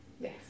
Yes